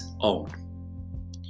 own